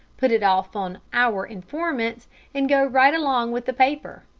put it off on our informant and go right along with the paper.